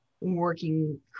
working